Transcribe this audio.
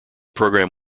program